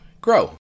grow